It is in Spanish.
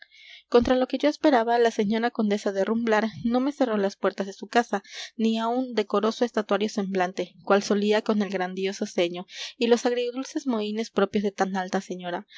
contra lo que yo esperaba la señora condesa de rumblar no me cerró las puertas de su casa ni aun decoró su estatuario semblante cual solía con el grandioso ceño y los agridulces mohínes propios de tan alta señora